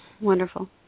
Wonderful